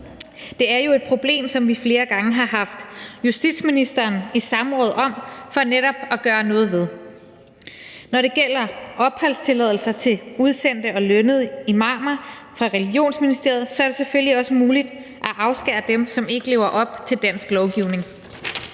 Det er jo et problem, som vi flere gange har haft justitsministeren i samråd om for netop at gøre noget ved. Når det gælder opholdstilladelser til udsendte og lønnede imamer fra religionsministeriet, er det selvfølgelig også muligt at afskære dem, som ikke lever op til dansk lovgivning.